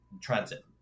transit